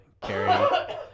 carry